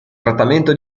trattamento